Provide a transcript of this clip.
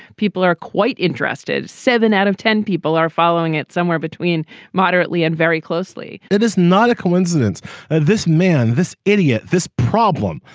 people are quite interested. seven out of ten people are following it somewhere between moderately and very closely it is not a coincidence that this man. this idiot. this problem.